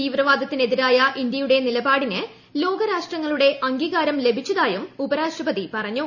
തീവ്രവാദത്തിന് എതിരായ ഇന്ത്യയുടെ നിലപാടിന് ലോകരാഷ്ട്രങ്ങളുടെ അംഗീകാരം ലഭിച്ചതായും ഉപരാഷ്ട്രപതി പറഞ്ഞു